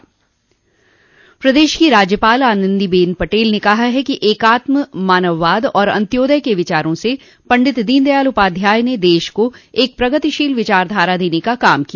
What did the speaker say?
प्रदेश की राज्यपाल आनन्दीबेन पटेल ने कहा है कि एकात्म मानववाद और अंत्योदय के विचारों से पंडित दीन दयाल उपाध्याय ने देश को एक प्रगतिशील विचार धारा देने का काम किया